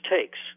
takes